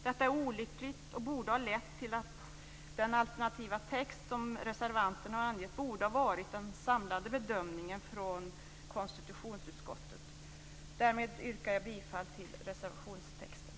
Detta är olyckligt och borde ha lett till att den alternativa text som reservanterna har angett borde ha varit den samlande bedömningen från konstitutionsutskottet. Därmed yrkar jag bifall till reservationstexten.